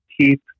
keep